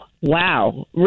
Wow